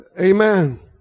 Amen